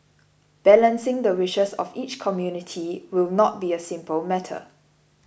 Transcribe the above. balancing the wishes of each community will not be a simple matter